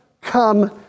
come